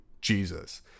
Jesus